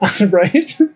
Right